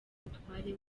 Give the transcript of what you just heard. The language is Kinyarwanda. umutware